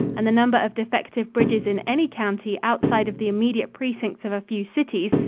and the number of defective bridges in any county outside of the immediate precincts of a few cities,